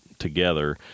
together